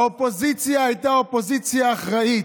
האופוזיציה הייתה אופוזיציה אחראית.